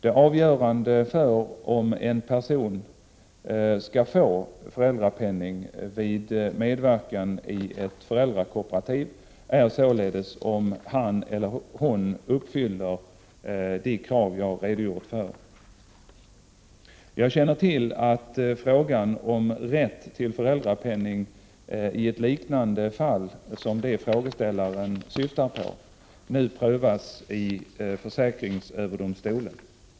Det avgörande för om en person skall få föräldrapenning vid medverkan i ett föräldrakooperativ är således om han eller hon uppfyller de krav jag redogjort för. Jag känner till att frågan om rätt till föräldrapenning i ett liknande fall som det frågeställaren syftar på nu prövas i försäkringsöverdomstolen.